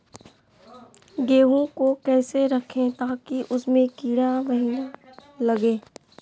गेंहू को कैसे रखे ताकि उसमे कीड़ा महिना लगे?